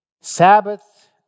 Sabbath